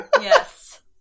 Yes